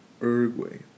Uruguay